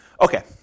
Okay